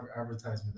advertisement